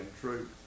truth